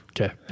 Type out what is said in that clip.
Okay